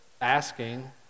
asking